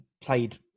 played